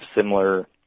similar